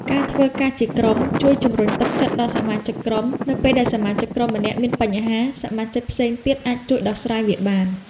ការធ្វើការជាក្រុមជួយជំរុញទឹកចិត្តដល់សមាជិកក្រុម នៅពេលដែលសមាជិកក្រុមម្នាក់មានបញ្ហា សមាជិកផ្សេងទៀតអាចជួយដោះស្រាយវាបាន។